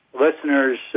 listeners